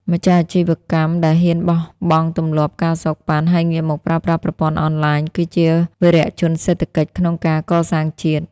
ម្ចាស់អាជីវកម្មដែលហ៊ានបោះបង់ទម្លាប់ ការសូកប៉ាន់ ហើយងាកមកប្រើប្រាស់ប្រព័ន្ធអនឡាញ គឺជាវីរជនសេដ្ឋកិច្ចក្នុងការកសាងជាតិ។